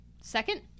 second